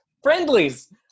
Friendlies